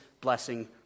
blessing